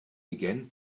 began